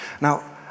Now